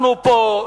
אנחנו פה.